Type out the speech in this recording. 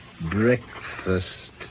breakfast